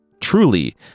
Truly